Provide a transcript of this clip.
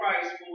Christ